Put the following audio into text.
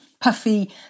puffy